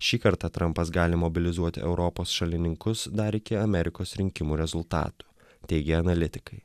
šį kartą trampas gali mobilizuoti europos šalininkus dar iki amerikos rinkimų rezultatų teigia analitikai